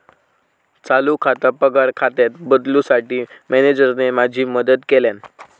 चालू खाता पगार खात्यात बदलूंसाठी मॅनेजरने माझी मदत केल्यानं